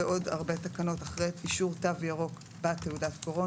בעוד הרבה תקנות אחרי "אישור "תו ירוק"" בא "תעודת קורונה".